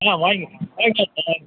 ஆ வாங்கிக்கலாம் சார்